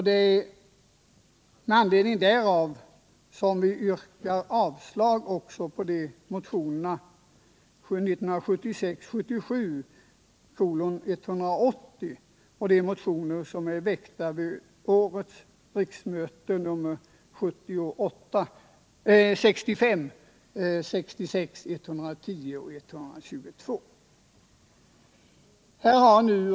Det är med anledning därav som vi yrkar avslag även på motionerna 1976/77:180 och — väckta vid årets riksmöte — 65, 66, 110 och 122.